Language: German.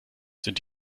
sind